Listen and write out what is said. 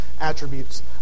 attributes